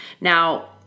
Now